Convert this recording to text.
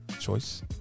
choice